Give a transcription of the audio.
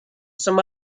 some